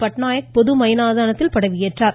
பட்நாயக் பொது மைதானத்தில் பதவியேற்றார்